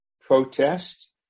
protest